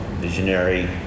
visionary